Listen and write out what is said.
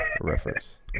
reference